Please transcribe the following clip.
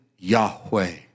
Yahweh